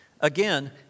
Again